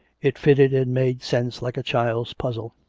it fitted and made sense like a child's puzzle.